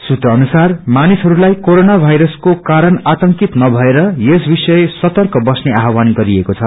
सुत्र अनुसार मानिसहरूलाई कोरोना वायरसको कारण आतंकित नभएर यस विषय सर्तक बस्ने आवहान गरिएको छ